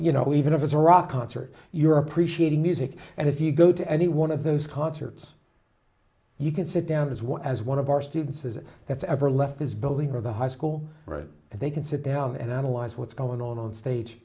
you know even if it's a rock concert you're appreciating music and if you go to any one of those concerts you can sit down as well as one of our students as that's ever left his building or the high school and they can sit down and analyze what's going on on stage